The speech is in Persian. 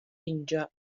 اینجا